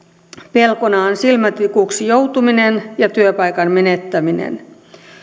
pelkona on silmätikuksi joutuminen ja työpaikan menettäminen